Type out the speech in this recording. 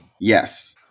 Yes